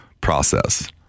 process